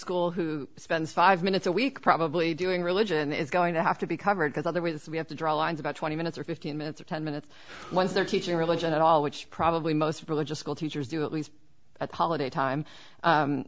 school who spends five minutes a week probably doing religion is going to have to be covered because other ways we have to draw lines about twenty minutes or fifteen minutes or ten minutes once they're teaching religion at all which probably most religious school teachers do at least at holiday time